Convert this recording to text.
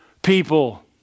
people